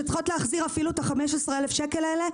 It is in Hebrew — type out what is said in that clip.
שצריכות להחזיר את ה-15,000 שקל האלה?